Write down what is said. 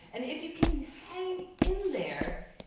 and if you can hang in there,